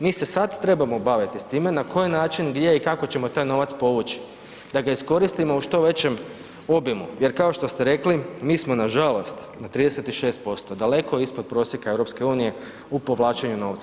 Mi se sad trebamo baviti s tim na koji način, gdje i kako ćemo taj novac povući, da ga iskoristimo u što većem obimu, jer kao što ste rekli, mi smo nažalost na 36%, daleko ispod prosjeka EU u povlačenju novca.